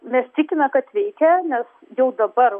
mes tikime kad veikia nes jau dabar